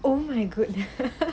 oh my goodness